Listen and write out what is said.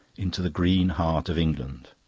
into the green heart of england.